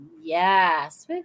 Yes